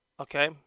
Okay